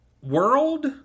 World